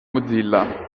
mozilla